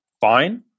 fine